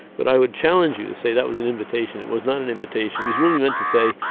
but i would challenge you to say that was an invitation, it was not an invitation. it was really meant to say,